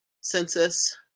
census